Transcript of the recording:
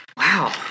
Wow